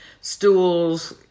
stools